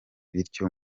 bityo